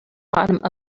bottom